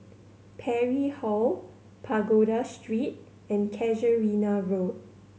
Parry Hall Pagoda Street and Casuarina Road